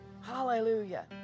hallelujah